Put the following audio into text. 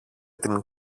την